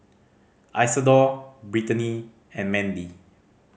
Isadore Brittnee and Mandie